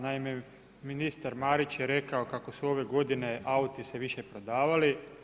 Naime ministar Marić je rekao kako su se ove godine auti više prodavali.